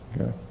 Okay